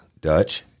Dutch